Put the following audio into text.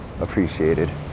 appreciated